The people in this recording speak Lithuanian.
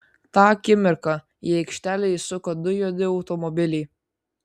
tą akimirką į aikštelę įsuko du juodi automobiliai